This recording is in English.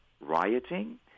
rioting